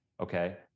Okay